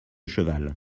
cheval